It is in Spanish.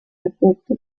prefecto